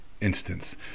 instance